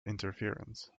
interference